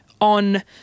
on